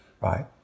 right